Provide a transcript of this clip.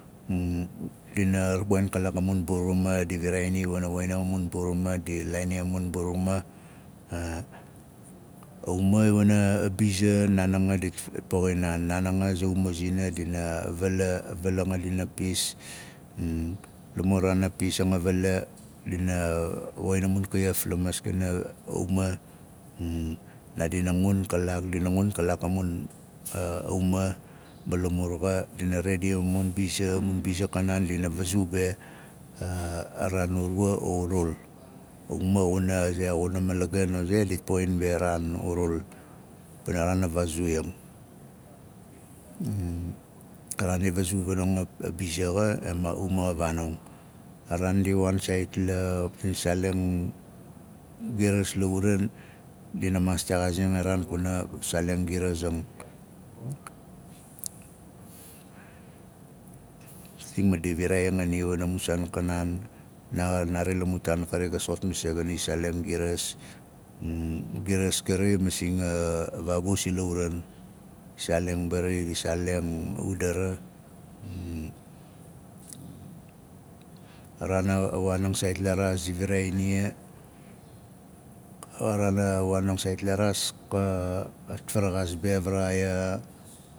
dina woxin kalaak a mun mburuma di viraai nia wana woxin a mun mburuma di laainim a mun mburuna a wuma wiana biza naan nanga f dit poxin naan naan nanga a za uma zina. Dina vala vala anga dina pis la muraana pizang a vala dina a woxin a mun kaef la maskana a- auma naadina ngun kalaak dina ngun kalaak a- a mun biza a mun biza a kanaan. Dina vazu be a- a raan urua o urul a uma xuna ze xuna malagan o ze dit poxin be a naan urul pana raan a vaazui yang a raan di vazu vanang a- a biz xa em a uma xa vaanong. Araan ndi waan saait la- di saaleng giras la uran dina maas texaazing a raan kana saaleng girazing. Masing ma di viraai anga nia wana mu saan kaanan na- xa- nari. Amu taan kari gan soxot masei gana i saaleng firas giras kari masei a vaabus ila uran di saaleng mbari di saaleng udara a raan a waanang saait la raas di viraai nia a raan a waanang saait a- la raas ka- at faraxas be faraxai a- a maunang a- a raun